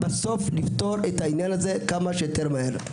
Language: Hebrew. בסוף לפתור את העניין הזה מה שיותר מהר.